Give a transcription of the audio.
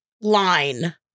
line